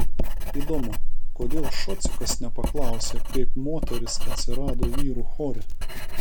įdomu kodėl šocikas nepaklausė kaip moteris atsirado vyrų chore